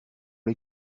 les